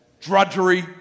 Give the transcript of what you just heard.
Drudgery